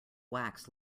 wax